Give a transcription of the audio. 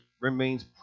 remains